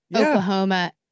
Oklahoma